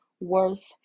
worth